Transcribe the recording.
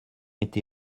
été